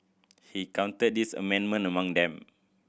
he counted this amendment among them